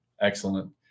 Excellent